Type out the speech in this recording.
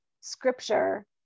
scripture